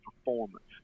performance